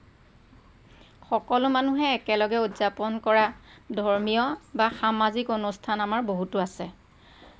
সকলো মানুহে একেলগে উদযাপন কৰা ধৰ্মীয় বা সামাজিক অনুষ্ঠান আমাৰ বহুতো আছে